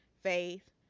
faith